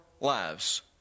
lives